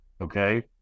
okay